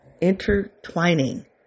Intertwining